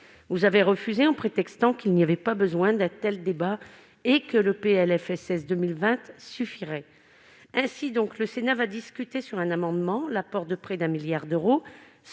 Vous avez refusé, prétextant qu'il n'y avait pas besoin d'un tel débat et que le PLFSS 2020 suffirait. Pourtant, le Sénat discute à présent d'un amendement de près d'un milliard d'euros